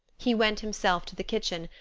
he went himself to the kitchen,